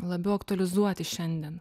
labiau aktualizuoti šiandien